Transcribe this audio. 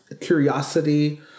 curiosity